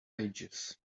ages